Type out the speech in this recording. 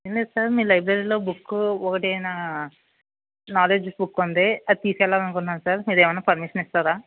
ఏమి లేదు సార్ మీ లైబ్రరీలో బుక్కు ఒకటి నా నాలెడ్జ్ బుక్ ఉంది అది తీసుకు వెళ్లాలి అనుకుంటున్నాను సార్ మీరు ఏమైన పర్మిషన్ ఇస్తారా